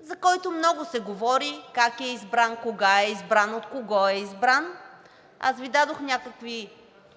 за който много се говори как е избран, кога е избран, от кого е избран, аз Ви дадох някакви